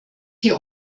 hier